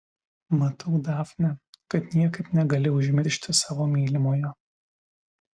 matau dafne kad niekaip negali užmiršti savo mylimojo